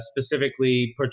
specifically